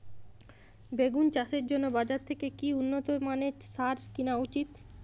বেগুন চাষের জন্য বাজার থেকে কি উন্নত মানের সার কিনা উচিৎ?